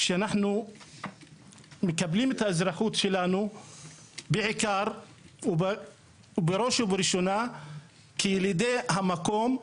שאנחנו מקבלים את האזרחות שלנו בעיקר ובראש ובראשונה כילידי המקום,